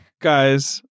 guys